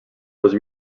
was